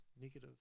negative